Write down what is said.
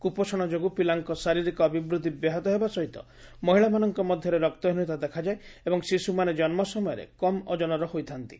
କୁପୋଷଣ ଯୋଗୁଁ ପିଲାଙ୍କ ଶାରୀରିକ ଅଭିବୃଦ୍ଧି ବ୍ୟାହତ ହେବା ସହିତ ମହିଳାମାନଙ୍କ ମଧ୍ୟରେ ରକ୍ତହୀନତା ଦେଖାଯାଏ ଏବଂ ଶିଶୁମାନେ ଜନ୍ମସମୟରେ କମ୍ ଓଜନର ହୋଇଥାନ୍ତି